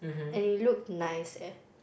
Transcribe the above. and it looked nice eh